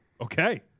Okay